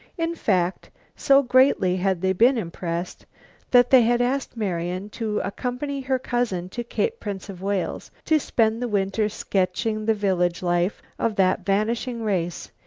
in fact, so greatly had they been impressed that they had asked marian to accompany her cousin to cape prince of wales to spend the winter sketching the village life of that vanishing race,